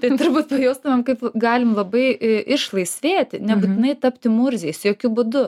tai turbūt pajaustumėm kaip galim labai išlaisvėti nebūtinai tapti murziais jokiu būdu